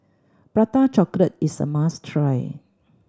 Prata Chocolate is a must try